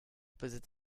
besitzt